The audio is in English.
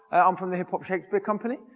i'm from the hip hop shakespeare company.